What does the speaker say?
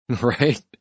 Right